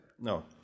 no